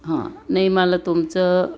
हां नाही मला तुमचं